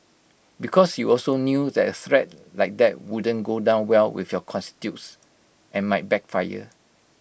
because you also knew that A threat like that wouldn't go down well with your constituents and might backfire